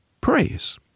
Praise